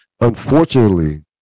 unfortunately